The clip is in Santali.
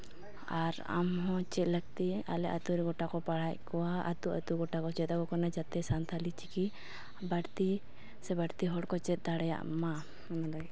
ᱟᱨ ᱟᱢ ᱦᱚᱸ ᱪᱮᱫ ᱞᱟᱹᱠᱛᱤ ᱟᱞᱮ ᱟᱛᱳᱨᱮ ᱜᱳᱴᱟ ᱠᱚ ᱯᱟᱲᱦᱟᱣᱮᱫ ᱠᱚᱣᱟ ᱟᱛᱳ ᱟᱛᱳ ᱜᱳᱴᱟ ᱠᱚ ᱪᱮᱫ ᱟᱠᱚ ᱠᱟᱱᱟ ᱡᱟᱛᱮ ᱥᱟᱱᱛᱟᱲᱤ ᱪᱤᱠᱤ ᱵᱟᱹᱲᱛᱤ ᱥᱮ ᱵᱟᱹᱲᱛᱤ ᱦᱚᱲ ᱠᱚ ᱪᱮᱫ ᱫᱟᱲᱮᱭᱟᱜ ᱢᱟ ᱱᱚᱰᱮ